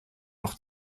noch